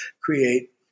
create